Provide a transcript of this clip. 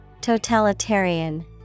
Totalitarian